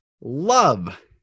Love